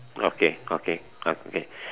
okay okay okay